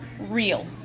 real